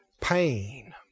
pain